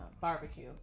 barbecue